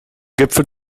gipfel